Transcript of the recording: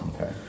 Okay